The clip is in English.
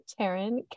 Taryn